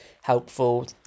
helpful